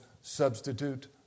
substitute